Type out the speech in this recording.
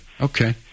okay